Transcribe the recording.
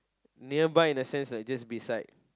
nearby the sense like just beside